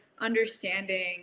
understanding